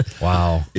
Wow